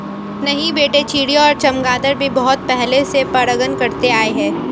नहीं बेटे चिड़िया और चमगादर भी बहुत पहले से परागण करते आए हैं